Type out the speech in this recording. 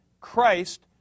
Christ